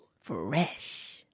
Fresh